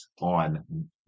on